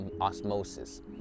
osmosis